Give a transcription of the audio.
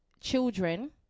children